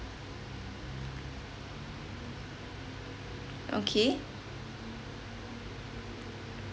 okay